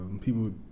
people